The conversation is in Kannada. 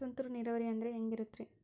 ತುಂತುರು ನೇರಾವರಿ ಅಂದ್ರೆ ಹೆಂಗೆ ಇರುತ್ತರಿ?